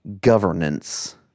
governance